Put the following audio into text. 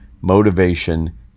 motivation